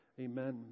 Amen